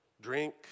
drink